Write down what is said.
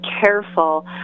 careful